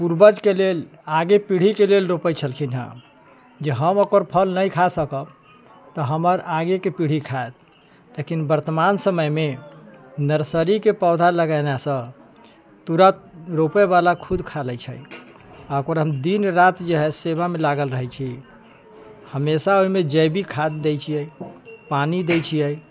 पूर्वजके लेल आगे पीढ़ीके लेल रोपय छलखिन हँ जे हम अपन ओकर फल नहि खा सकब तऽ हमर आगेके पीढ़ी खायत लेकिन वर्तमान समयमे नर्सरीके पौधा लगेनेसंँ तुरंत रोपैबाला खुद खा लै छै आ ओकर हम दिन राति जे सेवामे लागल रहैत छी हमेशा ओहिमे जैविक खाद्य दै छियै पानि दै छियै